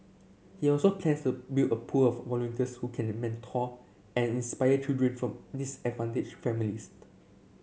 he also plans to build a pool of volunteers who can mentor and inspire children from disadvantaged families